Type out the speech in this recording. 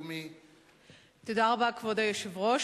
אדוני היושב-ראש,